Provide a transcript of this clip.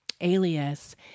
alias